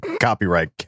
Copyright